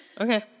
Okay